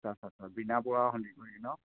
আচ্ছা আচ্ছা বীণা বৰুৱা সন্দিকৈ ন